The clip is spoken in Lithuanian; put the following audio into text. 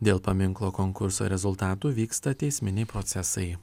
dėl paminklo konkurso rezultatų vyksta teisminiai procesai